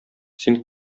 син